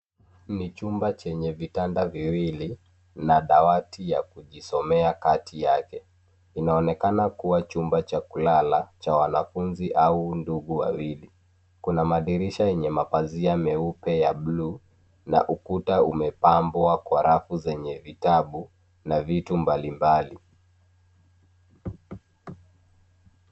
Ni chumba chenye vitanda viwili na dawati ya kujisomea kati yake. Inaonekana kuwa chumba cha kulala cha wanafunzi au ndugu wawili. Kuna madirisha yenye mapazia meupe ya buluu na ukuta umepambwa kwa rafu zenye vitabu na vitu mbalimbali.